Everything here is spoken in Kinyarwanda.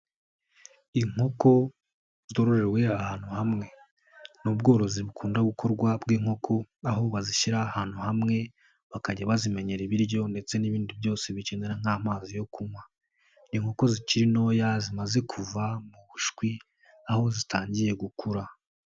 Inkoko zororewe ahantu hamwe, ni ubworozi bukunda gukorwa bw'inkoko aho bazishyira ahantu hamwe bakajya bazimenyera ibiryo ndetse n'ibindi byose bikenera nk'amazi yo kunywa. Inkoko zikiri ntoya zimaze kuva mu bushwi aho zitangiye gukura.